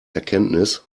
erkenntnis